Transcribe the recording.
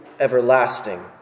everlasting